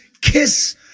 kiss